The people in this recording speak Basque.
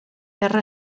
erre